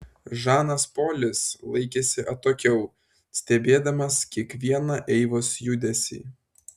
žanas polis laikėsi atokiau stebėdamas kiekvieną eivos judesį